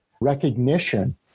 recognition